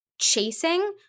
chasing